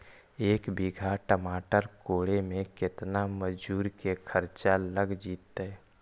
एक बिघा टमाटर कोड़े मे केतना मजुर के खर्चा लग जितै?